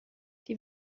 die